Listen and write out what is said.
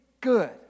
good